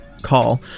call